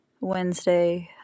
Wednesday